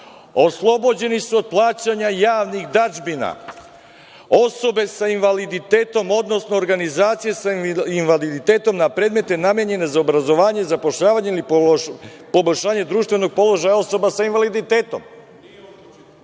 oslobođeni su od plaćanja javnih dažbina osobe sa invaliditetom odnosno organizacije sa invaliditetom na predmete namenjene za obrazovanje, zapošljavanje ili poboljšanje društvenog položaja osoba sa invaliditetom. On